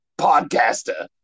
podcaster